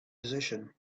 position